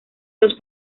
dos